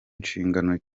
inshingano